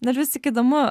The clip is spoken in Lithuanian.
ir vis tik įdomu